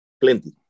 plenty